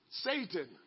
Satan